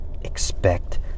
Expect